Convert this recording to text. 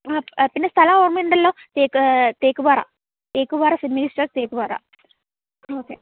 ആ പിന്നെ സ്ഥലം ഓർമ്മയുണ്ടല്ലോ തേക്ക് Thekkupara saint Mary's church Thekkupara okay